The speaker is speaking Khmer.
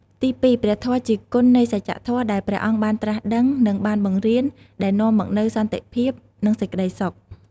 ទីពីរ ព្រះធម៌ ជាគុណនៃសច្ចធម៌ដែលព្រះអង្គបានត្រាស់ដឹង និងបានបង្រៀន ដែលនាំមកនូវសន្តិភាព និងសេចក្តីសុខ។